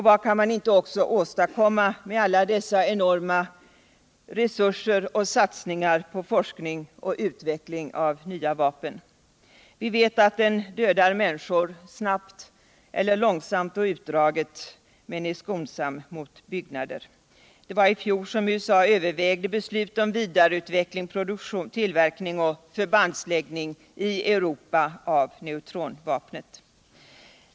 Vad kan man inte också åstadkomma med alla dessa enorma resurser och satsningar på forskning och utveckling av nya vapen? Vi vet att neutronbomben dödar minniskor snabbt eller långsamt och utdraget men är skonsam mot byggnader. Det var i fjol som USA övervägde frågan om vidareutveckling, tillverkning och förbandsläggning i Furopa av neutronvapnet.